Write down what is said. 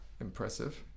impressive